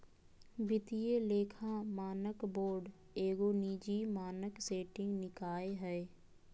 वित्तीय लेखा मानक बोर्ड एगो निजी मानक सेटिंग निकाय हइ